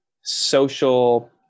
social